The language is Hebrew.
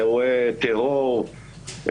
לאירועי טרור,